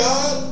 God